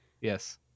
Yes